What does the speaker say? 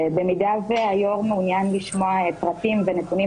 במידה והיו"ר מעוניין לשמוע פרטים ונתונים